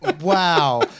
wow